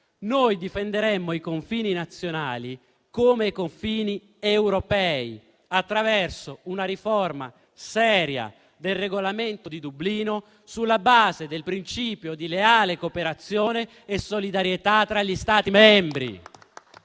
difenderemo i confini nazionali come europei attraverso una riforma seria del Regolamento di Dublino sulla base del principio di leale cooperazione e solidarietà tra gli Stati membri.